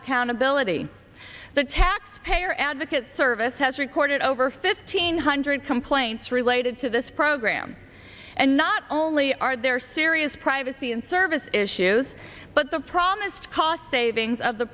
accountability the taxpayer advocate service has recorded over fifteen hundred complaints related to this program and not only are there serious privacy and service issues but the promised cost savings of the